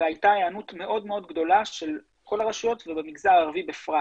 והייתה היענות מאוד מאוד גדולה של כל הרשויות ובמגזר הערבי בפרט,